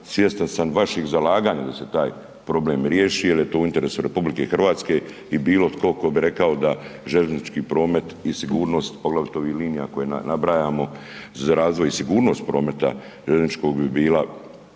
svjestan sam vaših zalaganja da se taj problem riješi jer je to u interesu RH i bilo tko bi rekao da željeznički promet i sigurnost, poglavito ovih linija koje nabrajamo za razvoj i sigurnost prometa željezničkog bi bila